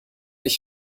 ich